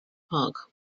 park